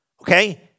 Okay